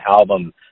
album